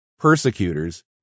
Persecutors